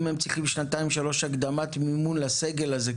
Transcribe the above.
אם הם צריכים הקדמת מימון של שנתיים-שלוש לסגל הזה,